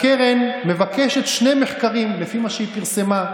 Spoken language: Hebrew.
אתן לך דוגמה.